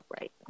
right